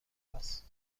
است